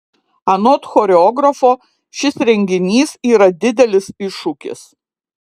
anot choreografo šis renginys yra didelis iššūkis